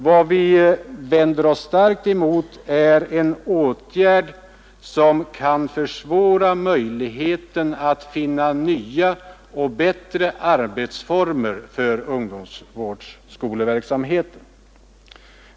Vad vi vänder oss starkt emot är en åtgärd som kan minska möjligheten att finna nya och bättre arbetsformer för ungdomsvårdsskoleverksamheten.